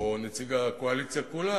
או נציג הקואליציה כולה,